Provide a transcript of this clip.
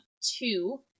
two